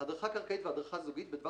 - הדרכה קרקעית והדרכה זוגית בדבר